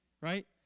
right